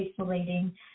isolating